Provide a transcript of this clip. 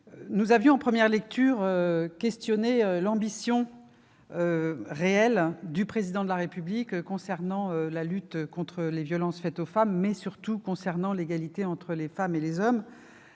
nous étions interrogés sur l'ambition réelle du Président de la République concernant la lutte contre les violences faites aux femmes, mais surtout s'agissant de l'égalité entre les femmes et les hommes,